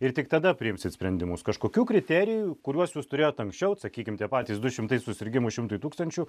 ir tik tada priimsit sprendimus kažkokių kriterijų kuriuos jūs turėjot anksčiau sakykim tie patys du šimtai susirgimų šimtui tūkstančių